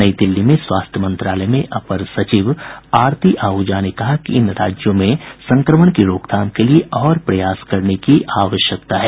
नई दिल्ली में स्वास्थ्य मंत्रालय में अपर सचिव आरती आहूजा ने कहा कि इन राज्यों में संक्रमण की रोकथाम के लिए और प्रयास करने की आवश्यकता है